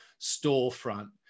storefront